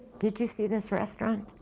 did you see this restaurant?